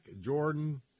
Jordan